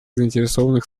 заинтересованных